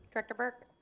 director burke.